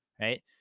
Right